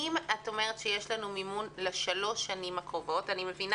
אם את אומרת שיש לנו מימון לשלוש השנים הקרובות אני מבינה